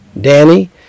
Danny